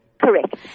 Correct